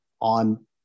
on